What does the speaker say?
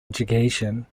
education